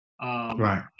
Right